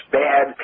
bad